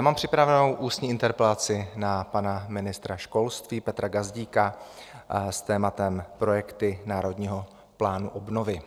Mám připravenou ústní interpelaci na pana ministra školství Petra Gazdíka s tématem projekty Národního plánu obnovy.